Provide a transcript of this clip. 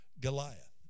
Goliath